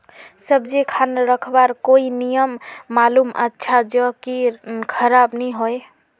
सब्जी खान रखवार कोई नियम मालूम अच्छा ज की खराब नि होय?